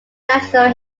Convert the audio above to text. national